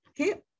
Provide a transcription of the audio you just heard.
okay